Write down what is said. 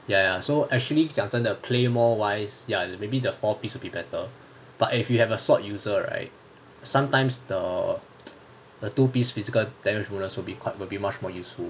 ya so actually 讲真的 claymore wise ya maybe the four piece will be better but if you have a sword user right sometimes the the two piece physical damage bonus will be quite will be much more useful